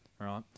right